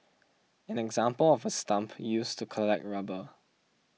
an example of a stump used to collect rubber